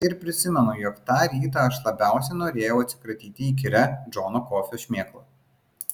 ir prisimenu jog tą rytą aš labiausiai norėjau atsikratyti įkyria džono kofio šmėkla